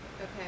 Okay